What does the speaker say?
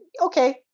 okay